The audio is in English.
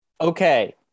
Okay